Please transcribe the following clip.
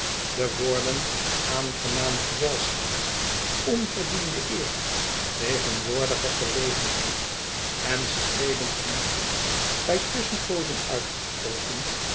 be woorden aangenaam gezelschap onverdiende eer tegenwoordige gelegenheid en streelend genoegen bij tusschenpoozen uitgesproken